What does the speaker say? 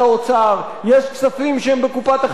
יש כספים שהם בקופת החברות המשכנות.